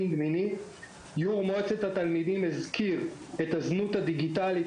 יושב-ראש מועצת התלמידים הזכיר את הזנות הדיגיטלית,